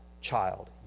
child